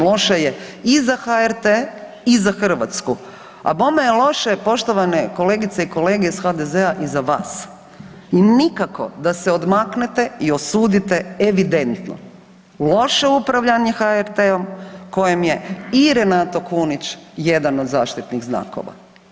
Loše je i za HRT-e i za Hrvatsku, a bome je loše poštovane kolegice i kolege iz HDZ-a i za vas i nikako da se odmaknete i osudite evidentno loše upravljanje HRT-om kojem je i Renato Kunić jedan od zaštitnih znakova.